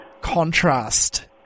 contrast